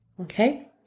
Okay